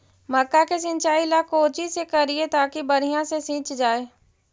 मक्का के सिंचाई ला कोची से करिए ताकी बढ़िया से सींच जाय?